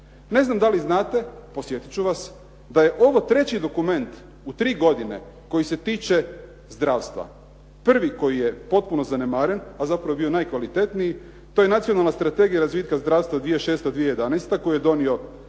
Ne znam da li znate, podsjetit ću vas, da je ovo treći dokument u tri godine koji se tiče zdravstva. Prvi koji je potpuno zanemaren, a zapravo je bio najkvalitetniji, to je Nacionalna strategija razvitka zdravstva 2006.-2011. koju je donio